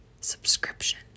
subscription